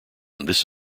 this